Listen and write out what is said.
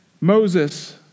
Moses